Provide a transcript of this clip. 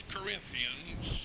Corinthians